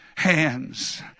hands